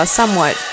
somewhat